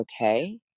okay